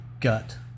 gut